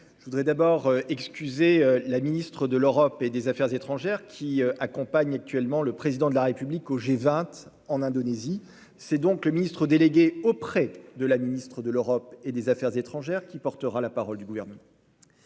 d'excuser l'absence de la ministre de l'Europe et des affaires étrangères, qui accompagne actuellement le Président de la République au G20 en Indonésie. C'est donc le ministre délégué auprès de la ministre de l'Europe et des affaires étrangères qui portera la parole du Gouvernement.